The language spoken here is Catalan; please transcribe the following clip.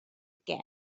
què